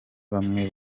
bamwe